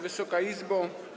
Wysoka Izbo!